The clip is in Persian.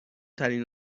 ترین